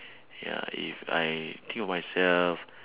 ya if I think of myself